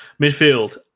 Midfield